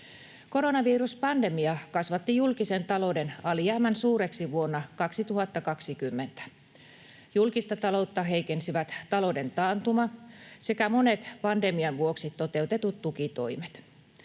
Koronaviruspandemia kasvatti julkisen talouden alijäämän suureksi vuonna 2020. Julkista taloutta heikensivät talouden taantuma sekä monet pandemian vuoksi toteutetut tukitoimet.